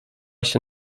się